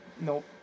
Nope